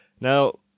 Now